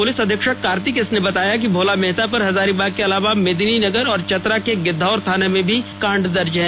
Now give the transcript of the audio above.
police अधीक्षक Karthik S ने बताया कि भोला मेहता पर हजारीबाग के अलावा मेदिनीनगर और चतरा के गिद्धौर थाना में भी कांड दर्ज है